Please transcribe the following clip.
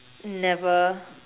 never